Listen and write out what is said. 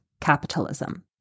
capitalism